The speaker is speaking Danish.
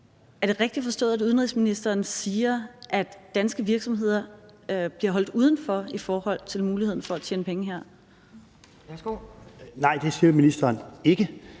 Er det rigtigt forstået, at udenrigsministeren siger, at danske virksomheder bliver holdt uden for i forhold til muligheden for at tjene penge her? Kl. 10:33 Anden